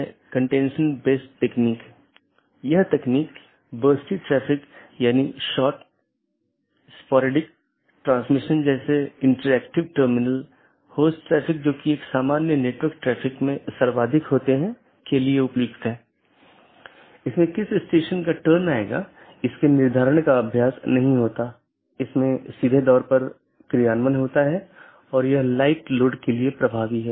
इसलिए जो हम देखते हैं कि मुख्य रूप से दो तरह की चीजें होती हैं एक है मल्टी होम और दूसरा ट्रांजिट जिसमे एक से अधिक कनेक्शन होते हैं लेकिन मल्टी होमेड के मामले में आप ट्रांजिट ट्रैफिक की अनुमति नहीं दे सकते हैं और इसमें एक स्टब प्रकार की चीज होती है जहां केवल स्थानीय ट्रैफ़िक होता है मतलब वो AS में या तो यह उत्पन्न होता है या समाप्त होता है